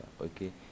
Okay